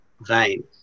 vein